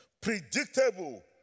predictable